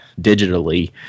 digitally